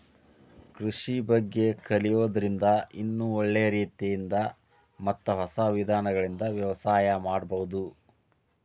ಕೃಷಿ ಬಗ್ಗೆ ಕಲಿಯೋದ್ರಿಂದ ಇನ್ನೂ ಒಳ್ಳೆ ರೇತಿಯಿಂದ ಮತ್ತ ಹೊಸ ವಿಧಾನಗಳಿಂದ ವ್ಯವಸಾಯ ಮಾಡ್ಬಹುದು